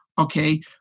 Okay